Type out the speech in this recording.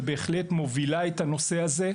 שבהחלט מובילה את הנושא הזה.